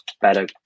better